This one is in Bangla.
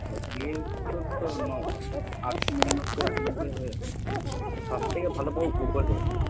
তোর আশি নিরানব্বই আটানব্বই হয়ে যাবে সবথেকে ভালো পাবো ভূগোলে